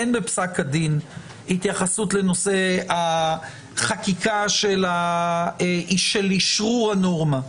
אין בפסק הדין התייחסות לנושא החקיקה של אשרור הנורמה.